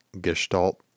gestalt